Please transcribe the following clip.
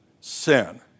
sin